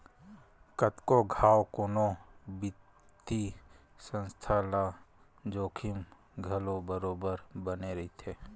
कतको घांव कोनो बित्तीय संस्था ल जोखिम घलो बरोबर बने रहिथे